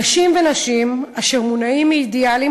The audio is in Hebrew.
אנשים ונשים אשר מונעים מאידיאלים